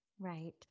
Right